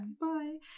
bye